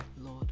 lord